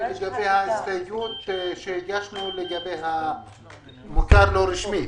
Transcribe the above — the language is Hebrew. ההסתייגות שהגשנו לגבי המוכר לא רשמי.